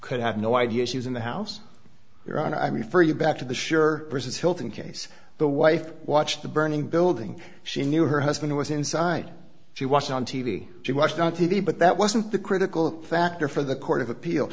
could have no idea she was in the house you're on i me for you back to the sure versus hilton case the wife watched the burning building she knew her husband was inside she watched on t v she watched on t v but that wasn't the critical factor for the court of appeal